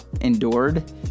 endured